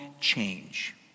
change